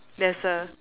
there's a